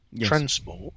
transport